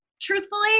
truthfully